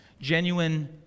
genuine